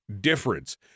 difference